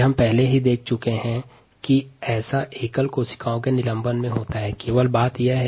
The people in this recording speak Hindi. हम पहले एकल कोशिका में यह व्यवहार देख चुके है